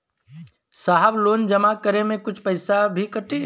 साहब लोन जमा करें में कुछ पैसा भी कटी?